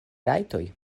rajtoj